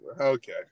Okay